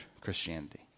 Christianity